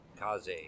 Kaze